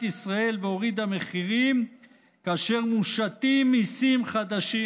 ישראל והורידה מחירים כאשר מושתים מיסים חדשים,